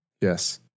Yes